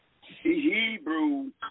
Hebrew